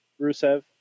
Rusev